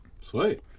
Sweet